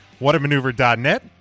whatamaneuver.net